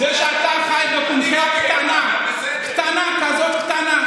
זה שאתה חי בקונכייה קטנה, זה בסדר.